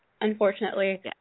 unfortunately